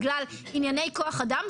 בגלל ענייני כוח אדם,